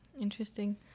Interesting